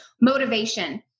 motivation